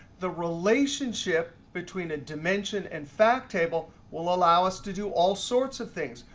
the relationship between a dimension and fact table will allow us to do all sorts of things.